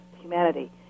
humanity